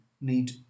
need